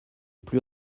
plus